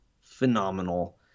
Phenomenal